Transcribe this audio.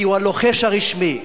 כי הוא הלוחש הרשמי,